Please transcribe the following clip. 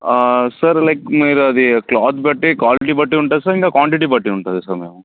ఆ sir like మీరు అది క్లాత్ బట్టీ క్వాలిటీ బట్టి ఉంటుంది సార్ ఇంకా క్వాంటిటీ బట్టి ఉంటుంది సార్ మేము